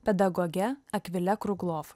pedagoge akvile kruglov